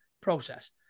process